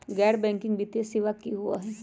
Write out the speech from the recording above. गैर बैकिंग वित्तीय सेवा की होअ हई?